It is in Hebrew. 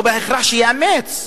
לא בהכרח שיאמץ,